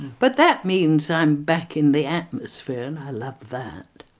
but that means i'm back in the atmosphere and i love that.